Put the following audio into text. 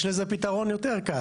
יש לזה פתרון יותר קל.